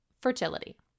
fertility